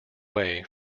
way